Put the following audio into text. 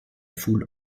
foule